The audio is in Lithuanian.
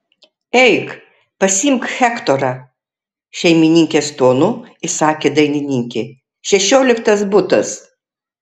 eik pasiimk hektorą šeimininkės tonu įsakė dainininkė šešioliktas butas